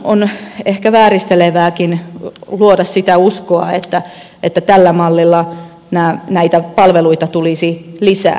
on ehkä vääristelevääkin luoda sitä uskoa että tällä mallilla näitä palveluita tulisi lisää